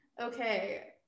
Okay